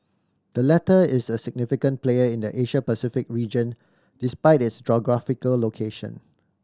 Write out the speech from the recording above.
the latter is a significant player in the Asia Pacific region despite its geographical location